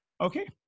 Okay